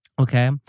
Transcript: Okay